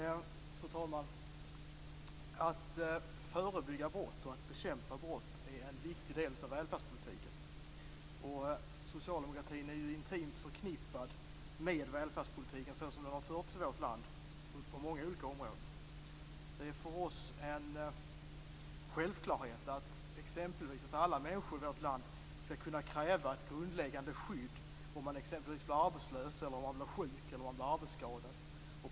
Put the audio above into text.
Fru talman! Att förebygga och bekämpa brott är en viktig del av välfärdspolitiken. Socialdemokratin är ju intimt förknippad med välfärdspolitiken såsom den har förts i vårt land på många olika områden. Det är för oss en självklarhet exempelvis att alla människor i vårt land skall kunna kräva ett grundläggande skydd vid arbetslöshet, sjukdom eller arbetsskada.